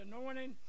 anointing